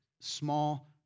small